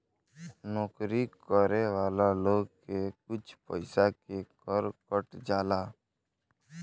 नौकरी करे वाला लोग के कुछ पइसा के कर कट जाला